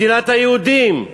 מדינת היהודים.